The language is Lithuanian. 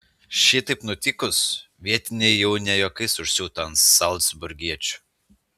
šitaip nutikus vietiniai jau ne juokais užsiuto ant zalcburgiečių